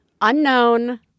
unknown